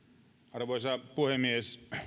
arvoisa puhemies